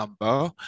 number